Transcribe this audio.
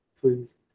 Please